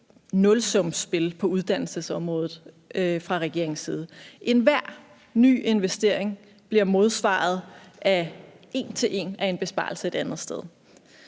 nulsumsspil på uddannelsesområdet fra regeringens side. Enhver ny investering bliver modsvaret en til en af en besparelse et andet sted,